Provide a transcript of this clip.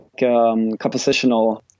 compositional